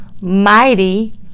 mighty